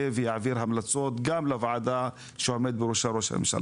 ויעביר המלצות גם לוועדה שעומד בראשה ראש הממשלה.